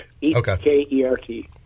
e-k-e-r-t